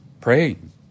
praying